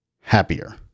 happier